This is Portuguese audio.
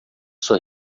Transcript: sua